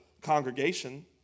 congregation